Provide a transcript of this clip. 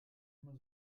immer